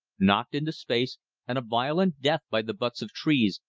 knocked into space and a violent death by the butts of trees,